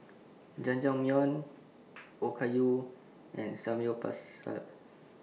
Jajangmyeon Okayu and Samgyeopsal